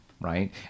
right